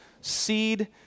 seed